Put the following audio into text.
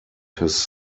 his